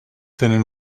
tenen